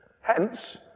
Hence